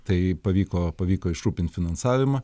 tai pavyko pavyko išrūpint finansavimą